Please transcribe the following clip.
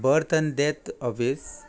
birth ड दे death office